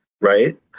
right